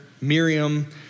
Miriam